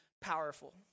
powerful